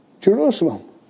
Jerusalem